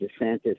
DeSantis